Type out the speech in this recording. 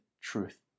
truth